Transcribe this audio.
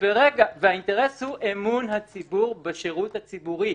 והאינטרס הוא אמון הציבור בשירות הציבורי.